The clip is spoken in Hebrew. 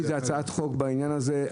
יש לי הצעת חוק בעניין הזה.